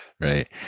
Right